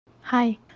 hi